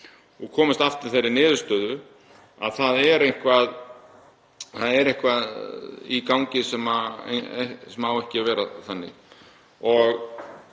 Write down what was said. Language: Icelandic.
og komumst aftur að þeirri niðurstöðu að það er eitthvað í gangi sem á ekki að vera. Það